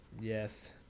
yes